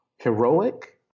Heroic